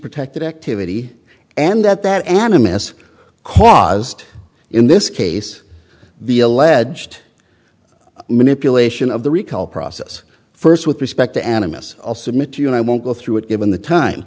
protected activity and that that animus caused in this case the alleged manipulation of the recall process first with respect to animus i'll submit to you and i won't go through it given the time